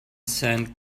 send